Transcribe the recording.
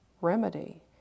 remedy